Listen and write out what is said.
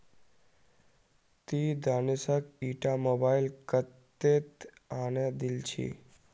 ती दानिशक ईटा मोबाइल कत्तेत आने दिल छि